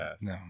no